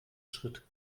schritt